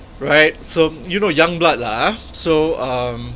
right so you know young blood lah ah so um